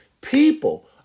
People